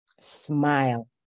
smile